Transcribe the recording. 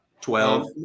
Twelve